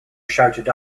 shouted